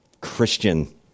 Christian